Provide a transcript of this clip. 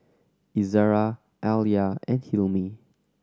Izzara Alya and Hilmi